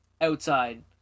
outside